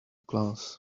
class